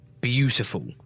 beautiful